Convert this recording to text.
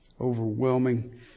overwhelming